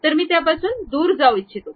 तर मी त्यापासून दूर जाऊ इच्छितो